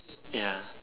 ya